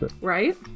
right